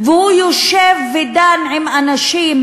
והוא יושב ודן עם אנשים,